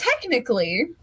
technically